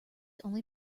only